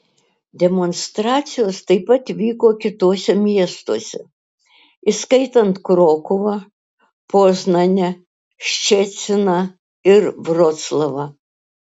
demonstracijos taip pat vyko kituose miestuose įskaitant krokuvą poznanę ščeciną ir vroclavą